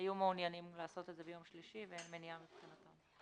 היו מעוניינים לעשות את זה ביום שלישי ואין מניעה מבחינתם.